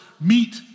meet